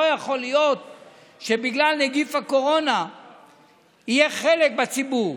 לא יכול להיות שבגלל נגיף הקורונה יהיה חלק בציבור